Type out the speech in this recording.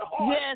Yes